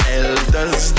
elders